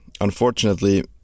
unfortunately